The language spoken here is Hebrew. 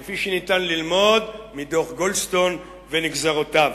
כפי שניתן ללמוד מדוח גולדסטון ונגזרותיו.